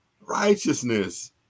righteousness